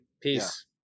Peace